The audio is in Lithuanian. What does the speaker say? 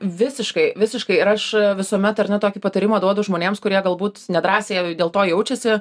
visiškai visiškai ir aš visuomet ar ne tokį patarimą duodu žmonėms kurie galbūt nedrąsiai dėl to jaučiasi